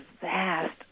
vast